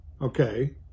okay